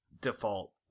Default